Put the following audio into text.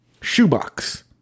shoebox